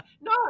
no